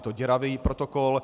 Je to děravý protokol.